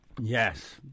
Yes